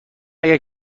اگر